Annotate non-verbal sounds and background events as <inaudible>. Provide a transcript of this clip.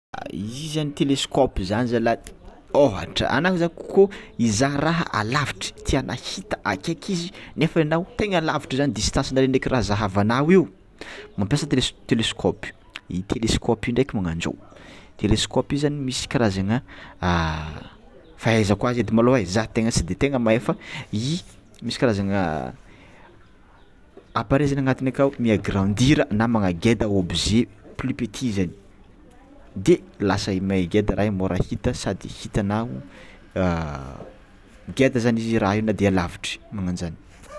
Io zany téléscope io zany misy zany zala ôhatra anao zany koa hizaha raha alavitry tiànao hita akaiky nefa tena alavitra ndreky ny distance anao ndraiky raha zahavanao io mampiasa telesc- télescope io, télescope io ndraiky magnanzao télescope zany misy karazagna fahaizako azy edy môlo tsy tegna de tegna mahay fa i misy karazana appareil zany agnatingny akao miagandir na manangeza objet plus petits zany de lasa miangeda raha sady môra hita sady hitanao <hesitation> ngeda zany izy raha io na de alavitry magnanjany.